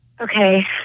Okay